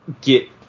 get